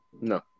No